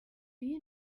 you